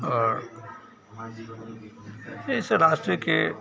और ऐसे रास्ते के